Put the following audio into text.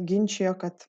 ginčijo kad